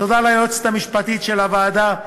תודה ליועצת המשפטית של הוועדה,